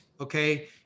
okay